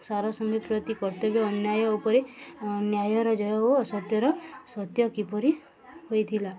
ସାର ସମୀ ପ୍ରତି କର୍ତ୍ତବ୍ୟ ଅନ୍ୟାୟ ଉପରେ ନ୍ୟାୟର ଜୟ ଓ ସତ୍ୟର ସତ୍ୟ କିପରି ହୋଇଥିଲା